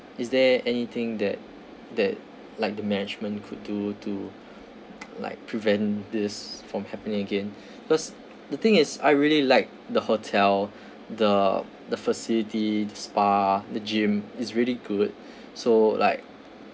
is there anything that that like the management could do to like prevent this from happening again because the thing is I really liked the hotel the the facility spa the gym is really good so like